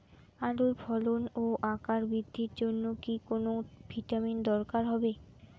আলুর ফলন ও আকার বৃদ্ধির জন্য কি কোনো ভিটামিন দরকার হবে?